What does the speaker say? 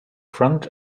front